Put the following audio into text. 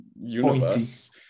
universe